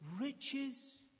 riches